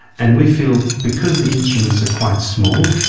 and we feel because the instruments are quite small,